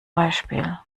beispiel